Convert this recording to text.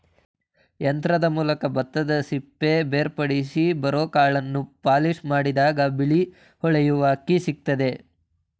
ಯಂತ್ರದ ಮೂಲಕ ಭತ್ತದಸಿಪ್ಪೆ ಬೇರ್ಪಡಿಸಿ ಬರೋಕಾಳನ್ನು ಪಾಲಿಷ್ಮಾಡಿದಾಗ ಬಿಳಿ ಹೊಳೆಯುವ ಅಕ್ಕಿ ಸಿಕ್ತದೆ